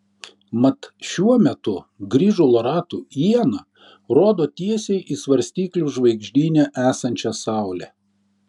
mat šiuo metu grįžulo ratų iena rodo tiesiai į svarstyklių žvaigždyne esančią saulę